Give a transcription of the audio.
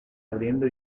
abriendo